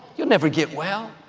you'll never get well.